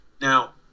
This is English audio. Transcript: Now